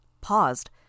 paused